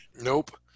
Nope